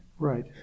Right